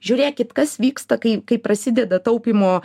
žiūrėkit kas vyksta kai kai prasideda taupymo